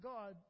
God